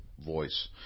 voice